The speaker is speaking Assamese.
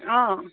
অঁ